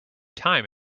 time